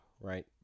right